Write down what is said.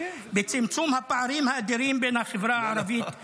בצמצום הפערים האדירים בין החברה הערבית ליהודית.